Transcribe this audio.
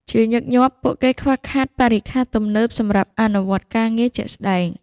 ជាញឹកញាប់ពួកគេខ្វះខាតបរិក្ខារទំនើបសម្រាប់អនុវត្តការងារជាក់ស្តែង។